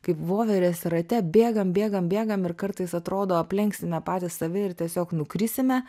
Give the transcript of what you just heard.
kaip voverės rate bėgam bėgam bėgam ir kartais atrodo aplenksime patys save ir tiesiog nukrisime